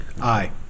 Aye